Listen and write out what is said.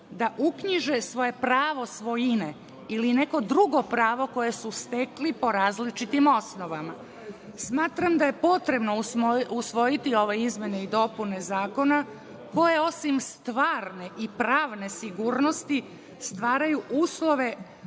da uknjiže svoje pravo svojine ili neko drugo pravo koje su stekli po različitim osnovama. Smatram da je potrebno usvojiti ove izmene i dopune Zakona, koje osim stvarne i pravne sigurnosti, stvaraju uslove